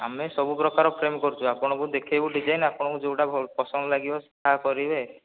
ଆମେ ସବୁ ପ୍ରକାର ଫ୍ରେମ କରୁଛୁ ଆପଣଙ୍କୁ ଦେଖାଇବୁ ଡିଜାଇନ ଆପଣଙ୍କୁ ଯେଉଁଟା ପସନ୍ଦ ଲାଗିବ ସେହିଟା କରିବେ